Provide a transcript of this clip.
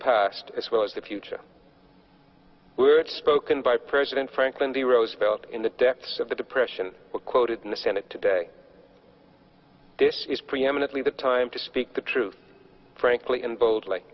past as well as the future where it spoken by president franklin d roosevelt in the depths of the depression or quoted in the senate today this is preeminently the time to speak the truth frankly and bo